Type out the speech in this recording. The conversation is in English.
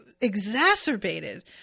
exacerbated